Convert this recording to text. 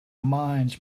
mines